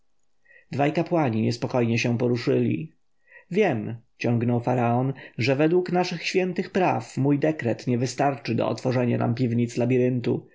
dwaj kapłani niespokojnie się poruszyli wiem ciągnął faraon że według naszych świętych praw mój dekret nie wystarczy do otworzenia nam piwnic